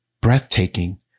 breathtaking